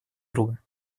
друга